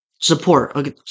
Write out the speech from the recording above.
support